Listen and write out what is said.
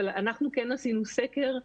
אבל אנחנו כן עשינו סקר.